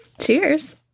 Cheers